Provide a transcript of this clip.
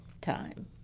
time